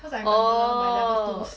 orh